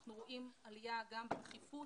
אנחנו רואים עלייה גם בתכיפות,